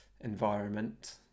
environment